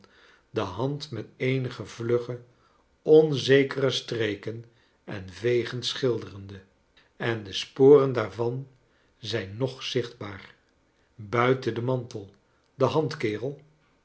de hand met eenige vlugge onzekere streken en vegen schilderende en de sporen daarvan zijn nog zichtbaar buiten den mantel de hand kerel